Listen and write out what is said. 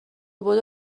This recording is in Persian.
بدو